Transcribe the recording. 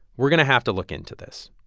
we're going to have to look into this.